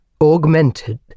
augmented